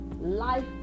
Life